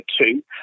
two